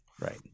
Right